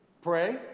Pray